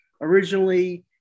originally